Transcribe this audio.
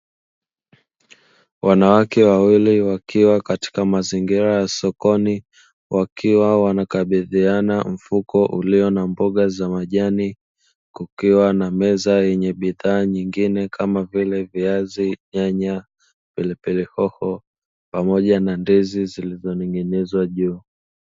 Wanawake wawili katika mazingira ya sokoni wanakabidhiana mfuko ulio na mboga za majani, kukiwa na meza yenye bidhaa nyingine kama vile viazi nyaya, pilipili hoho pamoja na ndizi zilizotengenezwa juu.